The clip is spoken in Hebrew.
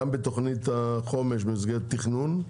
גם בתוכנית החומש במסגרת התכנון,